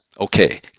Okay